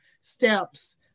steps